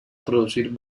producir